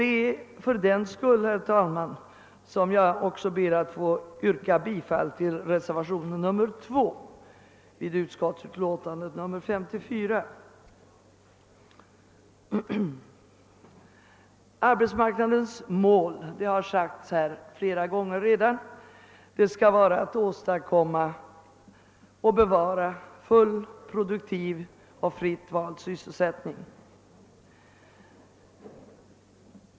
Det är fördenskull, Herr talman, som jag också ber att få yrka bifall till reservationen 2 vid utskottets utlåtande. Arbetsmarknadens mål — det har framhållits här flera gånger redan — skall vara att åstadkomma och bevara full, produktiv och fritt vald sysselsättning.